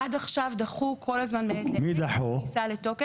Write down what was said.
עד עכשיו דחו כל הזמן מעת לעת את הכניסה לתוקף.